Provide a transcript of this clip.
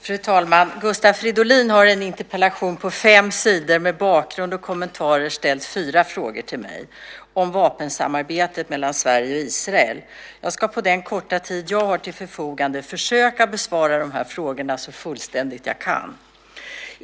Fru talman! Gustav Fridolin har i en interpellation på fem sidor med bakgrund och kommentarer ställt fyra frågor till mig om vapensamarbetet mellan Sverige och Israel. Jag ska på den korta tid jag har till förfogande försöka besvara dessa frågor så fullständigt jag kan.